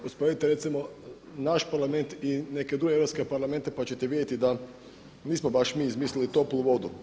Usporedite recimo naš Parlament i neke druge europske parlamente, pa ćete vidjeti da nismo baš mi izmislili toplu vodu.